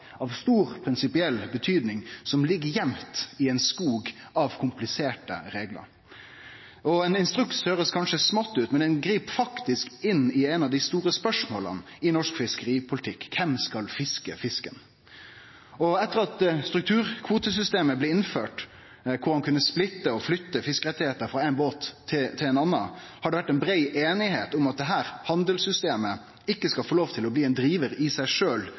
skog av kompliserte reglar. Ein instruks høyrest kanskje smått ut, men han grip faktisk inn i eit av dei store spørsmåla i norsk fiskeripolitikk: Kven skal fiske fisken? Etter at strukturkvotesystemet blei innført, kor ein kunne splitte og flytte fiskerettar frå ein båt til ein annan, har det vore ei brei einigheit om at dette handelssystemet ikkje skal få lov til å bli ein drivar i seg